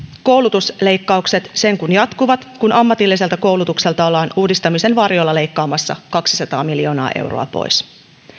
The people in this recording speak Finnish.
koulutusleikkaukset sen kun jatkuvat kun ammatilliselta koulutukselta ollaan uudistamisen varjolla leikkaamassa kaksisataa miljoonaa euroa pois